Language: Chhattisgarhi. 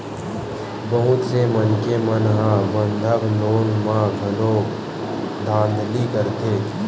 बहुत से मनखे मन ह बंधक लोन म घलो धांधली करथे